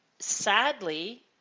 Sadly